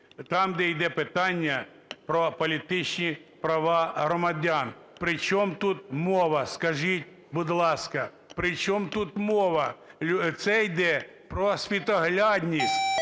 там, де йде питання про політичні права громадян. Причому тут мова, скажіть, будь ласка? Причому тут мова? Це йде про світоглядність,